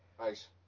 Nice